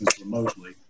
remotely